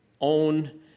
own